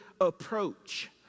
approach